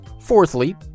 Fourthly